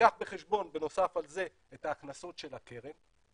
תיקח בחשבון בנוסף על זה את ההכנסות של הקרן,